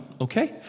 okay